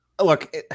Look